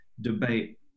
debate